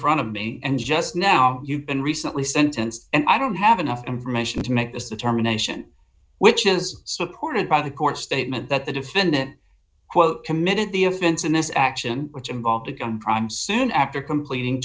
front of me and just now you've been recently sentenced and i don't have enough information to make this determination which is supported by the court statement that the defendant committed the offense in this action which involved a gun crime soon after completing